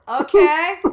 Okay